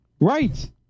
Right